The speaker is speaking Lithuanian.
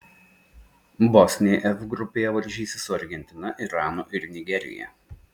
bosniai f grupėje varžysis su argentina iranu ir nigerija